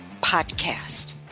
podcast